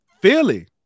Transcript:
Philly